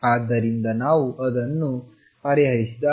ಆದ್ದರಿಂದ ನಾವು ಅದನ್ನು ಪರಿಹರಿಸಿದಾಗ